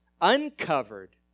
Uncovered